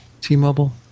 T-Mobile